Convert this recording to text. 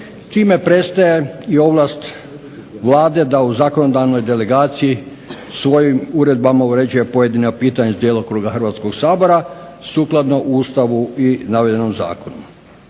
čime prestaje ovlast Vlade da u zakonodavnoj delegaciji svojim uredbama uređuje pojedina pitanja iz djelokruga Hrvatskoga sabora sukladno Ustavu i navedenom zakonu.